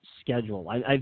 schedule